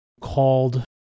called